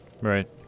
Right